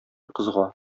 кызга